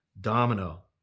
domino